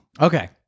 Okay